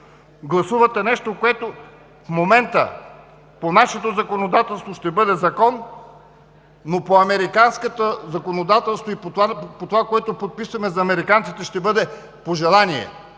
гласувате нещо, което в момента по нашето законодателство ще бъде закон, но по американското законодателство и по това, което подписваме, за американците ще бъде пожелание?